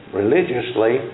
religiously